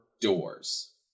doors